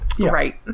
Right